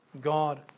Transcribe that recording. God